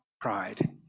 pride